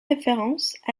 références